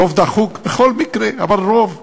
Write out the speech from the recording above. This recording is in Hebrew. רוב דחוק בכל מקרה, אבל רוב,